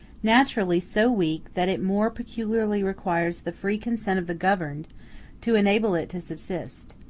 naturally so weak that it more peculiarly requires the free consent of the governed to enable it to subsist.